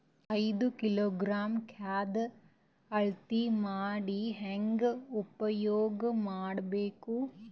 ಐದು ಕಿಲೋಗ್ರಾಂ ಖಾದ್ಯ ಅಳತಿ ಮಾಡಿ ಹೇಂಗ ಉಪಯೋಗ ಮಾಡಬೇಕು?